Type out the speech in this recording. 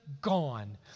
gone